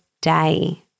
day